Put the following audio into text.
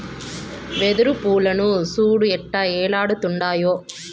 వెదురు పూలను సూడు ఎట్టా ఏలాడుతుండాయో